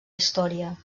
història